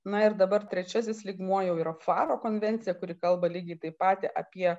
na ir dabar trečiasis lygmuo jau yra faro konvencija kuri kalba lygiai taip pat apie